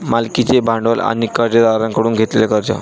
मालकीचे भांडवल आणि कर्जदारांकडून घेतलेले कर्ज